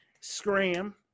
scram